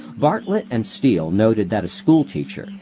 barlett and steele noted that a schoolteacher,